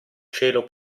cielo